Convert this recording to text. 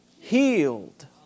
healed